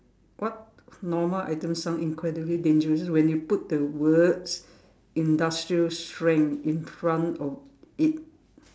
what normal item sound incredibly dangerous when you put the words industrial strength in front of it